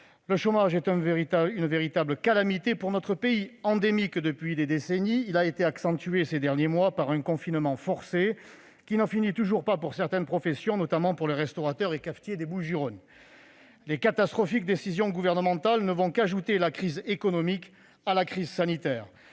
Le chômage est une véritable calamité pour notre pays : endémique depuis des décennies, il a été accentué, ces derniers mois, par un confinement forcé qui n'en finit toujours pas pour certaines professions, notamment pour les restaurateurs et cafetiers des Bouches-du-Rhône. Les catastrophiques décisions gouvernementales ne vont faire qu'ajouter la crise économique à la crise sanitaire.